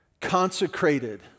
Consecrated